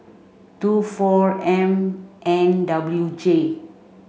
two four M N W J